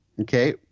Okay